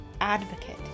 advocate